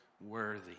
worthy